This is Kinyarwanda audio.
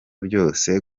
byose